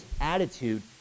attitude